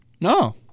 No